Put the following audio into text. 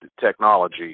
technology